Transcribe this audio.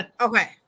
Okay